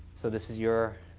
so this is your